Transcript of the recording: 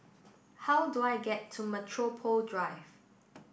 how do I get to Metropole Drive